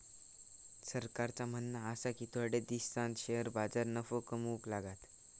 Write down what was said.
सरकारचा म्हणणा आसा की थोड्या दिसांत शेअर बाजार नफो कमवूक लागात